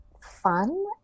fun